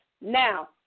Now